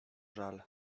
żal